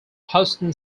houston